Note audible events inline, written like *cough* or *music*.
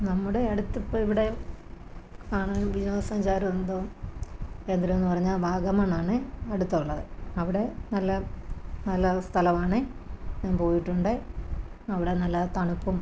നമ്മുടെ അടുത്തിപ്പോള് ഇവിടെ കാണാൻ വിനോദ സഞ്ചാര *unintelligible* കേന്ദ്രമെന്ന് പറഞ്ഞാല് വാഗമണ്ണാണ് അടുത്തുള്ളത് അവിടെ നല്ല നല്ല സ്ഥലമാണ് ഞാൻ പോയിട്ടുണ്ട് അവിടെ നല്ല തണുപ്പും